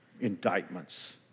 indictments